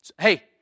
Hey